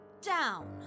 down